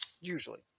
Usually